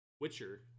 Witcher